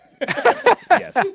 Yes